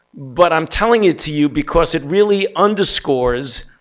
but i'm telling it to you because it really underscores